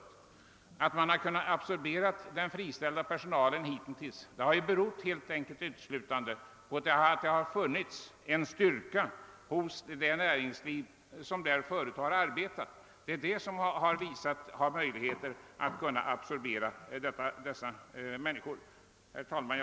Att man hitintills har kunnat absorbera den friställda personalen har uteslutande berott på att det har funnits tillräcklig styrka hos det näringsliv som förut har arbetat där. Det har kunnat absorbera dessa människor. Herr talman!